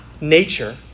nature